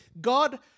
God